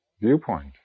viewpoint